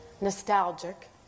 Nostalgic